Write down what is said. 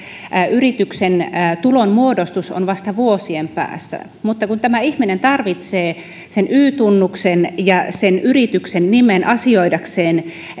yrityksen tulonmuodostus on vasta vuosien päässä mutta kun tämä ihminen tarvitsee sen y tunnuksen ja sen yrityksen nimen asioidakseen